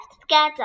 together